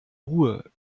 ruhe